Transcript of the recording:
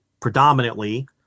predominantly